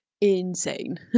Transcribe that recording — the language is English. insane